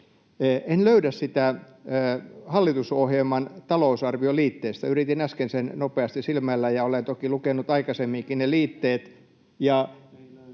En löydä sitä hallitusohjelman talousarvioliitteestä. Yritin äsken sen nopeasti silmäillä, ja olen toki lukenut aikaisemminkin ne liitteet,